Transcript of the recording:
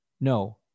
No